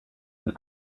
den